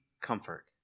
comfort